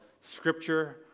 scripture